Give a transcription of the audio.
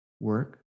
work